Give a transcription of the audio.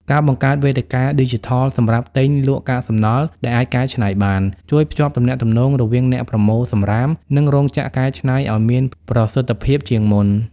ការបង្កើតវេទិកាឌីជីថលសម្រាប់ទិញ-លក់កាកសំណល់ដែលអាចកែច្នៃបាន ជួយភ្ជាប់ទំនាក់ទំនងរវាងអ្នកប្រមូលសំរាម និងរោងចក្រកែច្នៃឱ្យមានប្រសិទ្ធភាពជាងមុន។